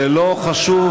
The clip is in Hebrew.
זה לא חשוב,